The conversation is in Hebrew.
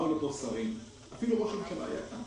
באו שרים, אפילו ראש הממשלה היה כאן.